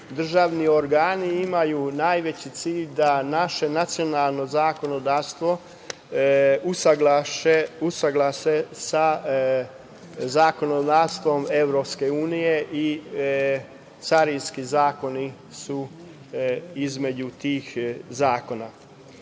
državni organi imaju najveći cilj da naše nacionalno zakonodavstvo usaglase sa zakonodavstvom EU i carinski zakoni su između tih zakona. Kao